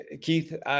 Keith